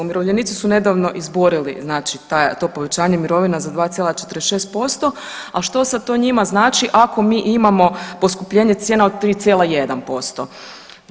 Umirovljenici su nedavno izborili znači to povećanje mirovina za 2,46%, a što sad to njima znači ako mi imamo poskupljenje cijena od 3,1%